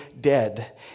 dead